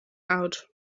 out